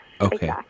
okay